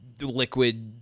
liquid